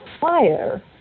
fire